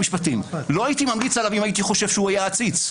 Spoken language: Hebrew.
לא הייתי ממליץ עליו לו חשבתי שהיה עציץ.